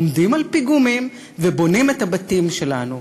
עומדים על פיגומים ובונים את הבתים שלנו.